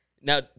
Now